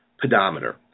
pedometer